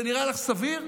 זה נראה לך סביר?